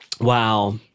Wow